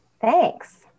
Thanks